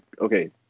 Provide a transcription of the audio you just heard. Okay